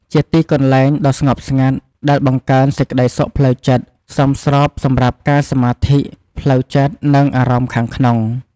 ជាទីកន្លែងដ៏ស្ងប់ស្ងាត់ ដែលបង្កើនសេចក្ដីសុខផ្លូវចិត្ត សមស្របសម្រាប់ការសមាធិ ផ្លូវចិត្ត និងអារម្មណ៍ខាងក្នុង។